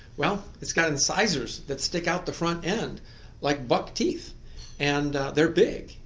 well, it's got incisors that stick out the front end like buck teeth and they're big.